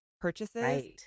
purchases